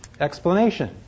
explanation